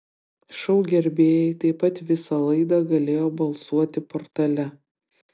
šou gerbėjai taip pat visą laidą galėjo balsuoti portale